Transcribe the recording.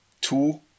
two